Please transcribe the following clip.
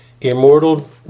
immortal